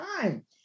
time